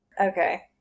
Okay